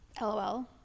LOL